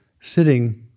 sitting